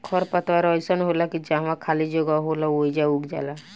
खर पतवार अइसन होला की जहवा खाली जगह होला ओइजा उग जाला